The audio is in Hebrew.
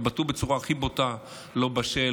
התבטאו בצורה הבוטה ביותר: לא בשל,